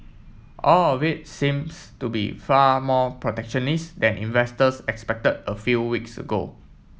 all of it seems to be far more protectionist than investors expected a few weeks ago